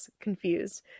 confused